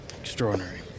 Extraordinary